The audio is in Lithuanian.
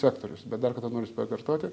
sektorius bet dar kartą norisi pakartoti